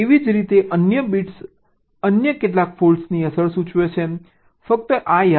એવી જ રીતે અન્ય બિટ્સ અન્ય કેટલાક ફોલ્ટ્સની અસર સૂચવે છે ફક્ત આ યાદ રાખો